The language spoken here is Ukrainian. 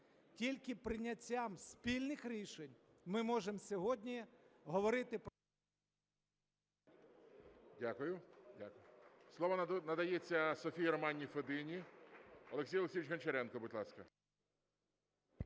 Тільки прийняттям спільних рішень ми можемо сьогодні говорити…